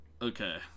Okay